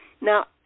Now